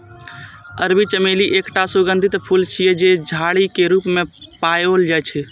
अरबी चमेली एकटा सुगंधित फूल छियै, जे झाड़ी के रूप मे पाओल जाइ छै